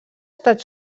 estat